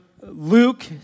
Luke